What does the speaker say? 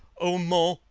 oh, mon!